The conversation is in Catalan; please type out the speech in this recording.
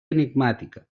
enigmàtica